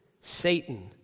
Satan